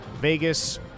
Vegas